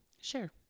Sure